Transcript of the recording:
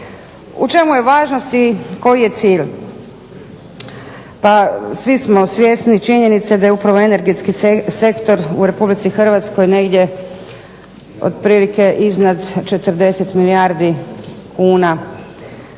U čemu je važnost i koji je cilj? Pa svi smo svjesni činjenice da je upravo energetski sektor u RH negdje otprilike iznad 40 milijardi kuna